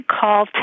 call